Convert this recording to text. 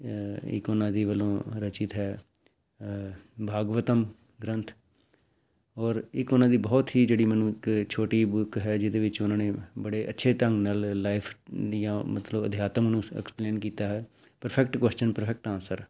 ਇੱਕ ਉਹਨਾਂ ਦੀ ਵੱਲੋਂ ਰਚਿਤ ਹੈ ਅ ਭਾਗਵਤਮ ਗ੍ਰੰਥ ਔਰ ਇਕ ਉਹਨਾਂ ਦੀ ਬਹੁਤ ਹੀ ਜਿਹੜੀ ਮੈਨੂੰ ਇੱਕ ਛੋਟੀ ਬੁੱਕ ਹੈ ਜਿਹਦੇ ਵਿੱਚ ਉਹਨਾਂ ਨੇ ਬੜੇ ਅੱਛੇ ਢੰਗ ਨਾਲ ਲਾਈਫ ਦੀਆਂ ਮਤਲਬ ਅਧਿਆਤਮ ਨੂੰ ਐਕਸਪਲੇਨ ਕੀਤਾ ਹੈ ਪਰਫੈਕਟ ਕੋਸ਼ਚਨ ਪਰਫੈਕਟ ਆਨਸਰ